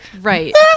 Right